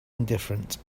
indifferent